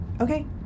Okay